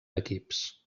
equips